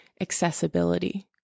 accessibility